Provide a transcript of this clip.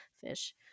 fish